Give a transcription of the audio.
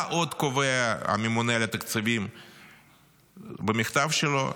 מה עוד קובע הממונה על התקציבים במכתב שלו?